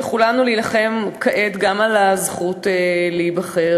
לכולנו להילחם כעת גם על הזכות להיבחר.